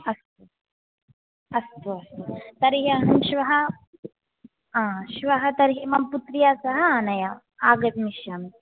अस्तु अस्तु अस्तु तर्हि अहं श्वः हा श्वः तर्हि मम पुत्र्या सह आनय आगमिष्यामि